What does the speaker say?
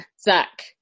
Zach